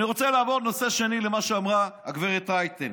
אני רוצה לעבור לנושא השני, למה שאמרה הגב' רייטן.